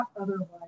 otherwise